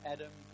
Adam